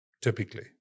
typically